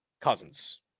Cousins